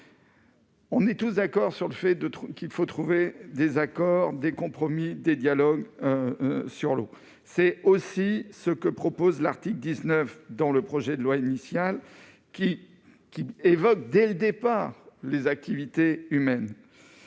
On est tous d'accord sur le fait de truc qu'il faut trouver des accords des compromis, des dialogues sur l'eau, c'est aussi ce que propose l'article 19 dans le projet de loi initial qui qui évoque dès le départ, les activités humaines,